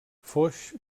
foix